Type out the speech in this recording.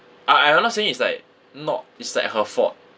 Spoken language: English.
I I I'm not saying it's like not it's like her fault